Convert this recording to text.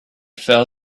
fell